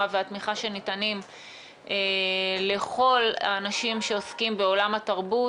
והתמיכה שניתנים לכל האנשים שעוסקים בעולם התרבות,